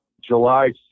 July